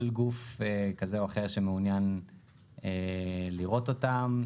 גוף כזה או אחר שמעוניין לראות אותם,